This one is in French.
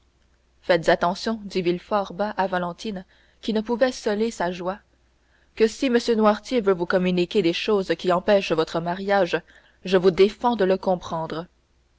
faites attention dit villefort bas à valentine qui ne pouvait celer sa joie que si m noirtier veut vous communiquer des choses qui empêchent votre mariage je vous défends de le comprendre